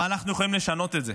אבל אנחנו יכולים לשנות את זה,